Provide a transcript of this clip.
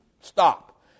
stop